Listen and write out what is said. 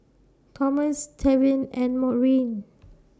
Tomas Tevin and Maurine